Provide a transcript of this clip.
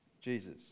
Jesus